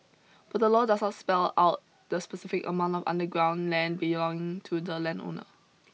but the law does not spell out the specific amount of underground land belonging to the landowner